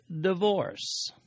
divorce